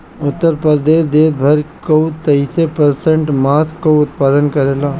उत्तर प्रदेश देस भर कअ तेईस प्रतिशत मांस कअ उत्पादन करेला